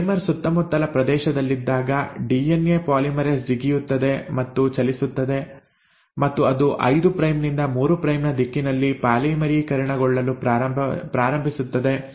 primer ಸುತ್ತಮುತ್ತಲ ಪ್ರದೇಶದಲ್ಲಿದ್ದಾಗ DNA polymerase ಜಿಗಿಯುತ್ತದೆ ಮತ್ತು ಚಲಿಸುತ್ತದೆ ಮತ್ತು ಅದು 5 ಪ್ರೈಮ್ ನಿಂದ 3 ಪ್ರೈಮ್ ನ ದಿಕ್ಕಿನಲ್ಲಿ ಪಾಲಿಮರೀಕರಣಗೊಳ್ಳಲು ಪ್ರಾರಂಭಿಸುತ್ತದೆ